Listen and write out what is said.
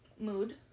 Mood